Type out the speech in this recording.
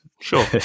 Sure